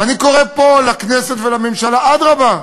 ואני קורא פה לכנסת ולממשלה: אדרבה,